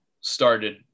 started